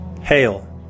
Hail